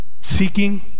Seeking